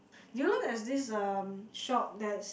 do you know there's this um shop that's